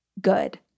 good